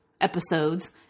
episodes